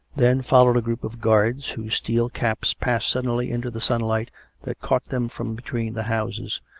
then followed a group of guards, whose steel caps passed suddenly into the sunlight that caught them from between the houses,